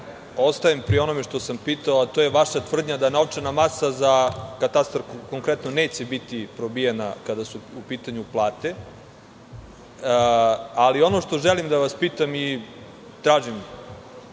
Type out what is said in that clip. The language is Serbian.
ostajem pri onom što sam pitao, a to je vaša tvrdnja da novčana masa za katastar konkretno neće biti probijena kada su u pitanju plate. Ali, ono što želim da vas pitam je